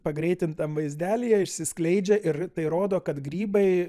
pagreitintam vaizdelyje išsiskleidžia ir tai rodo kad grybai